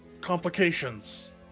complications